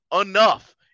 enough